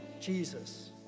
Jesus